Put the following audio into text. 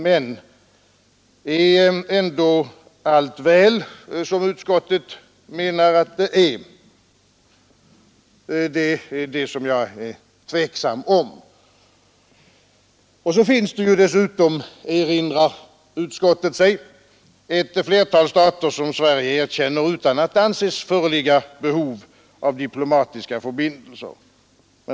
Men är därmed allt väl, som utskottet menar att det är? Jag är tveksam om det. Dessutom finns det, erinrar sig utskottet, ett flertal stater som Sverige erkänner utan att det anses föreligga behov av diplomatiska förbindelser.